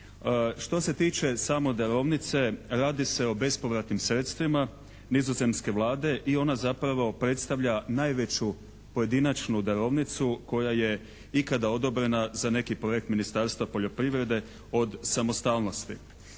Što se tiče samo darovnice radi se o bespovratnim sredstvima nizozemske Vlade i ona zapravo predstavlja najveću pojedinačnu darovnicu koja je ikada odobrena za neki projekt Ministarstva poljoprivrede od samostalnosti.